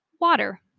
Water